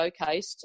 showcased